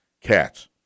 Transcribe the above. Cats